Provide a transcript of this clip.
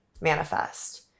manifest